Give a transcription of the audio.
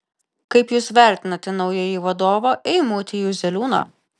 kaip jūs vertinate naująjį vadovą eimutį juzeliūną